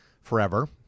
forever